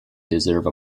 deserve